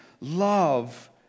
Love